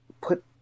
put